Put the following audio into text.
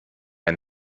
ein